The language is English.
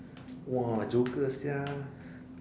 !wah! joker sia